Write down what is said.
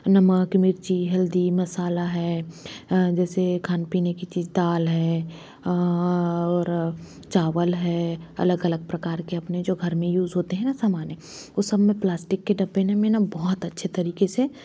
नमक मिर्ची हल्दी मसाला है जैसे खाने पीने की चीज दाल है और चावल है अलग अलग प्रकार के अपने जो घर में उसे होते हैं सामान्य उस सब में प्लास्टिक के डिब्बे में मैं बहुत अच्छे तरीके से